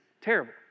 terrible